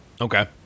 Okay